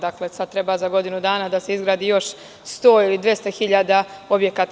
Dakle, sad treba za godinu dana da se izgradi još 100 ili 200.000 objekata.